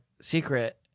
secret